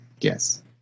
Yes